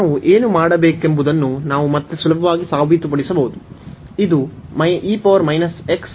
ನಾವು ಏನು ಮಾಡಬೇಕೆಂಬುದನ್ನು ಮತ್ತೆ ಸುಲಭವಾಗಿ ಸಾಬೀತುಪಡಿಸಬಹುದು ಇದು cos x